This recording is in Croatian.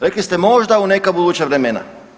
Rekli ste možda u neka buduća vremena.